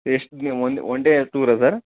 ಎಷ್ಟು ದಿನ ಒಂಡೇ ಟೂರ ಸರ್